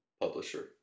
publisher